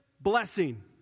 blessing